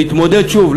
להתמודד שוב,